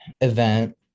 event